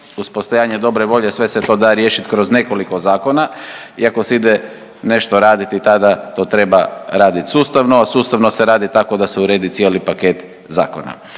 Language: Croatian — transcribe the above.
uz postojanje dobre volje sve se to da riješit kroz nekoliko zakona i ako se ide nešto raditi tada to treba radit sustavno, a sustavno se radi tako da se uredi cijeli paket zakona.